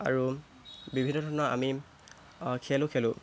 আৰু বিভিন্ন ধৰণৰ আমি খেলো খেলোঁ